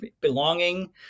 belonging